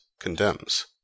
condemns